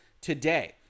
today